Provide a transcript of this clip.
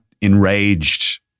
enraged